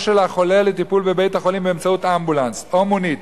של החולה לטיפול בבית-החולים באמצעות אמבולנס או מונית,